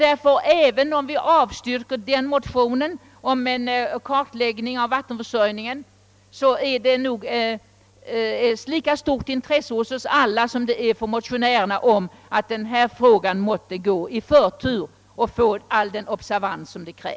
Även om utskottet avstyrker motionen om en kartläggning av vattenförsörjningen, finns det ett lika stort intresse för frågan hos utskottsmajoriteten som hos motionärerna för att frågan skall behandlas med förtur och ägnas all nödig uppmärksamhet.